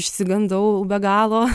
išsigandau be galo